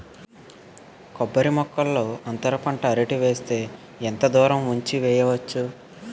కొబ్బరి మొక్కల్లో అంతర పంట అరటి వేస్తే ఎంత దూరం ఉంచి వెయ్యొచ్చు?